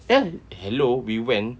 ya hello we went